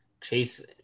chase